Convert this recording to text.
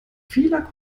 vieler